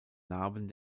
namen